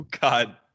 God